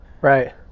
Right